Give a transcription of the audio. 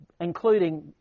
including